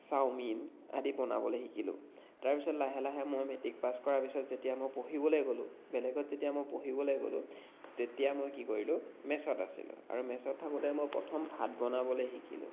chowmein আদি বনাবলৈ শিকিলোঁ তাৰ পিছত লাহে লাহে মই মেট্ৰিক পাছ কৰা পিছত যেতিয়া মই পঢ়িবলৈ গ'লোঁ বেলেগত যেতিয়া মই পঢ়িবলৈ গ'লোঁ তেতিয়া মই কি কৰিলোঁ মেছত আছিলোঁ আৰু মেছত থাকোঁতে মই প্ৰথম ভাত বনাবলৈ শিকিলোঁ